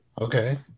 Okay